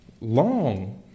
long